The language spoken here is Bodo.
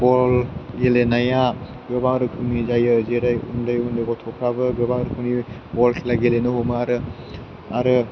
बल गेलेनाया गोबां रोखोमनि जायो जेरै उन्दै उन्दै गथ'फ्राबो गोबां रोखोमनि बल खेला गेलेनो हमो आरो आरो